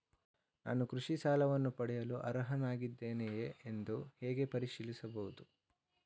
ನಾನು ಕೃಷಿ ಸಾಲವನ್ನು ಪಡೆಯಲು ಅರ್ಹನಾಗಿದ್ದೇನೆಯೇ ಎಂದು ಹೇಗೆ ಪರಿಶೀಲಿಸಬಹುದು?